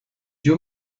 you